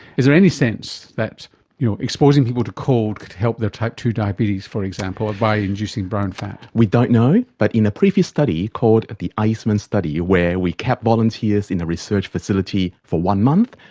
is there any sense that you know exposing people to cold could help their type ii diabetes, for example, by inducing brown fat? we don't know, but in a previous study called the iceman study where we kept volunteers in a research facility for one month,